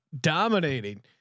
dominating